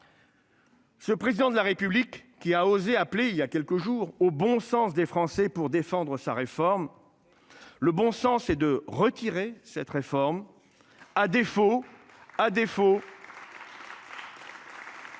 Ce président de la République qui a osé appeler il y a quelques jours au bon sens des Français pour défendre sa réforme. Le bon sens et de retirer cette réforme. À défaut, à défaut.